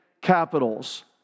capitals